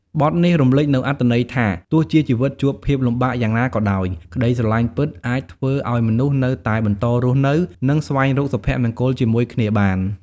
បទនេះរំលេចនូវអត្ថន័យថា ទោះជាជីវិតជួបភាពលំបាកយ៉ាងណាក៏ដោយ ក្តីស្រឡាញ់ពិតអាចធ្វើឲ្យមនុស្សនៅតែបន្តរស់នៅ និងស្វែងរកសុភមង្គលជាមួយគ្នាបាន។